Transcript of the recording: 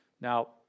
Now